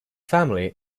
family